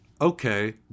Okay